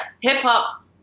hip-hop